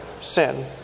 sin